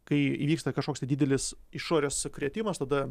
kai įvyksta kažkoks tai didelis išorės sukrėtimas tada